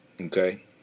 okay